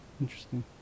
interesting